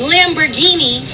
Lamborghini